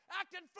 acting